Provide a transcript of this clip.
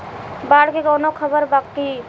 बाढ़ के कवनों खबर बा की?